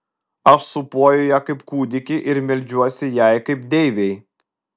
aš sūpuoju ją kaip kūdikį ir meldžiuosi jai kaip deivei